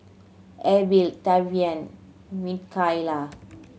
Abel Tavian Micayla